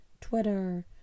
Twitter